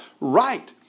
Right